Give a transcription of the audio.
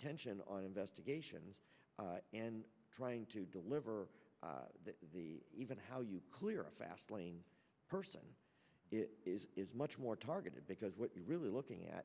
attention on investigations and trying to deliver the even how you clear a fast lane person it is much more targeted because what you're really looking at